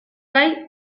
kai